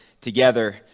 together